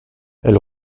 elle